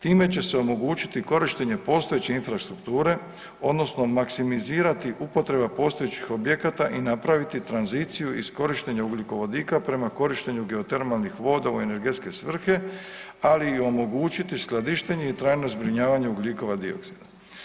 Time će se omogućiti korištenje postojeće infrastrukture, odnosno maksimizirati upotreba postojećih objekata i napraviti tranziciju iskorištenja ugljikovodika prema korištenju geotermalnih voda u energetske svrhe, ali i omogućiti skladištenje i trajno zbrinjavanje ugljikova dioksida.